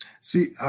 See